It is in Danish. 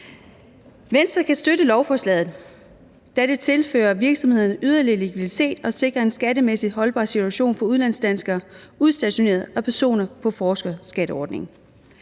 Venstre kan støtte lovforslaget, da det tilfører virksomhederne yderligere likviditet og sikrer en skattemæssigt holdbar situation for udlandsdanskere, udstationerede og personer på forskerskatteordningen.